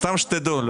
סתם שתדעו.